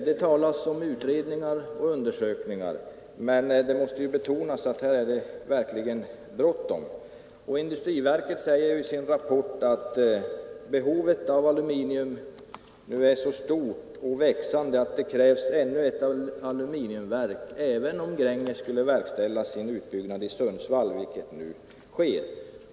Det talas om utredningar och undersökningar, men det måste betonas att det här verkligen är bråttom. Industriverket säger i sin rapport att behovet av aluminium nu är så stort och växande att det krävs ännu ett aluminiumverk, även om Gränges skulle verkställa sin utbyggnad i Sundsvall — vilket nu sker.